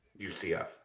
UCF